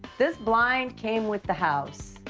this blind came with the house.